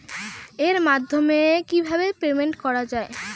এর মাধ্যমে কিভাবে পেমেন্ট করা য়ায়?